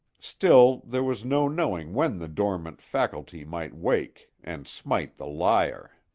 still, there was no knowing when the dormant faculty might wake and smite the lyre.